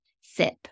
sip